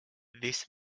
this